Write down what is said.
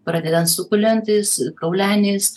pradedan sukulentais kauleniais